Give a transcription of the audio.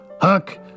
Huck